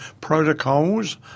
protocols